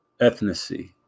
ethnicity